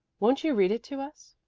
won't you read it to us?